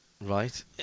Right